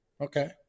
okay